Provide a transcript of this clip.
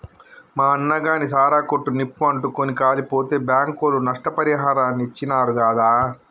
మా అన్నగాని సారా కొట్టు నిప్పు అంటుకుని కాలిపోతే బాంకోళ్లు నష్టపరిహారాన్ని ఇచ్చినారు గాదా